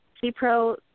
C-Pro